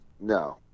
No